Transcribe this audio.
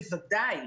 בוודאי.